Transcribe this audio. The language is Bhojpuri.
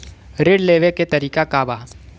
ऋण लेवे के तरीका का बा?